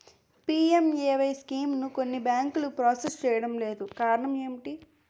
PMAY స్కీమును కొన్ని బ్యాంకులు ప్రాసెస్ చేయడం లేదు కారణం ఏమిటి?